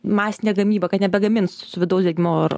masine gamyba kad nebegamins su vidaus degimo